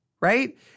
right